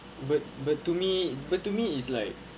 but but to me but to me is like